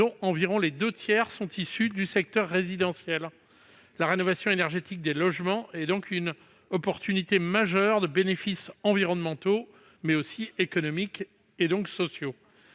dont environ les deux tiers sont issus du secteur résidentiel. À cet égard, la rénovation énergétique des logements est une opportunité majeure : ses bénéfices environnementaux, mais aussi économiques et donc sociaux